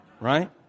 Right